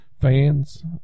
fans